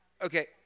Okay